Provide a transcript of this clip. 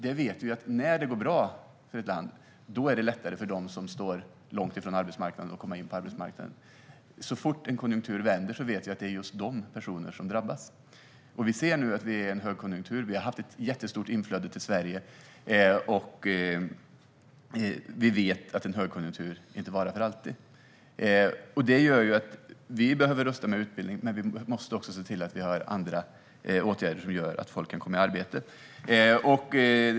Vi vet att när det går bra för ett land är det lättare för dem som står långt ifrån arbetsmarknaden att komma in - och vi vet att så fort konjunkturen vänder är det just de personerna som drabbas. Vi är nu i en högkonjunktur, och vi har haft ett jättestort inflöde till Sverige. Vi vet också att en högkonjunktur inte varar för alltid. Det gör att vi behöver rusta med utbildning, men vi måste också se till att vidta andra åtgärder som gör att folk kan komma i arbete.